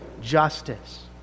justice